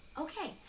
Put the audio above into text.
Okay